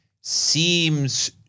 seems-